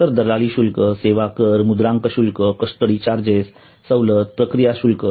तर दलाली शुल्क सेवा कर मुद्रांक शुल्क कस्टडी चार्ज सवलत प्रक्रिया शुल्क